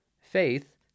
faith